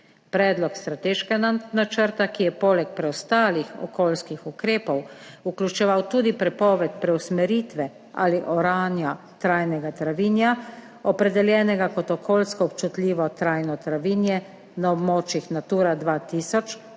Predlog strateškega načrta, ki je poleg preostalih okoljskih ukrepov vključeval tudi prepoved preusmeritve ali oranja trajnega travinja, opredeljenega kot okoljsko občutljivo trajno travinje na območjih Natura 2000,